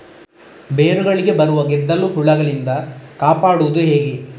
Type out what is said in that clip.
ಬೇರುಗಳಿಗೆ ಬರುವ ಗೆದ್ದಲು ಹುಳಗಳಿಂದ ಕಾಪಾಡುವುದು ಹೇಗೆ?